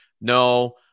no